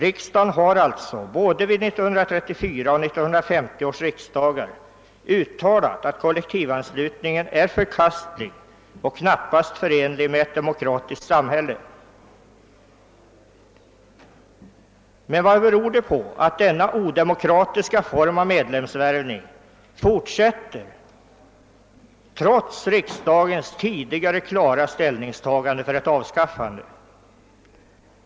Riksdagen har både år 1934 och år 1950 uttalat att kollektivanslutningen är förkastlig och knappast förenlig med ett demokratiskt samhälle! Men vad beror det på att denna odemokratiska form av medlemsvärvning fortsätter trots riksdagens tidigare klara ställningstagande för ett avskaffande?